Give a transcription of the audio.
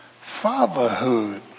fatherhood